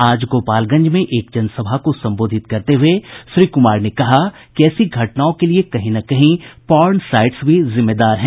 आज गोपालगंज में एक जनसभा को संबोधित करते हुए श्री कुमार ने कहा कि ऐसी घटनाओं के लिए कहीं न कहीं पॉर्न साईट्स भी जिम्मेदार है